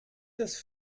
des